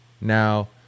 Now